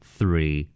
Three